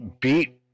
beat